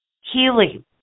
Healing